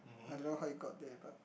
I don't know how it got there but